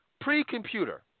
pre-computer